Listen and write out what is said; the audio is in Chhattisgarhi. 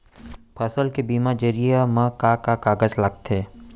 फसल के बीमा जरिए मा का का कागज लगथे?